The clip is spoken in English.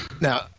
Now